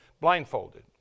blindfolded